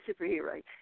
superhero